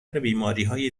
بیماریهای